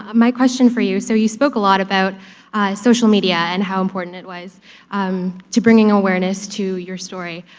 ah my question for you. so you spoke a lot about social media and how important it was um to bringing awareness to your story.